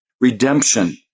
redemption